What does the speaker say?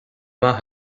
maith